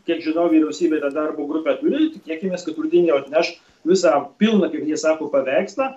kiek žinau vyriausybė tą darbo grupę turi tikėkimės kad rudenį jau atneš visą pilną kaip ji sako paveikslą